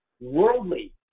worldly